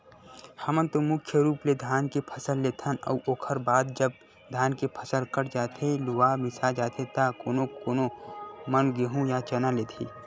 हमन तो मुख्य रुप ले धान के फसल लेथन अउ ओखर बाद जब धान के फसल कट जाथे लुवा मिसा जाथे त कोनो कोनो मन गेंहू या चना लेथे